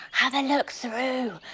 have a look through.